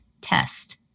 test